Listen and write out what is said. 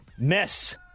Miss